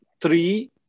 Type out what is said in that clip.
three